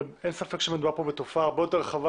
אבל אין ספק שמדובר פה בתופעה הרבה יותר רחבה,